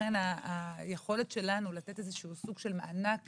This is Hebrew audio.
לכן היכולת שלנו לתת סוג של מענק